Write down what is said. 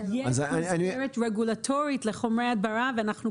יש מסגרת רגולטורית לחומרי הדברה ואנחנו,